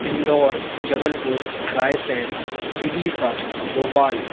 Indore Jabalpur Raisen Vidisha Bhopal